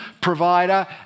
provider